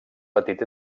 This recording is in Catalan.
petit